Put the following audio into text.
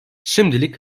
şimdilik